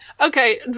okay